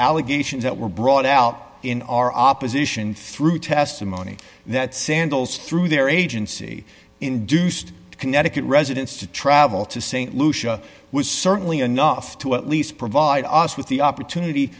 allegations that were brought out in our opposition through testimony that sandals through their agency induced connecticut residents to travel to st lucia was certainly enough to at least provide us with the opportunity